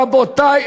רבותי,